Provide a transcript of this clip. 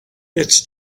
it’s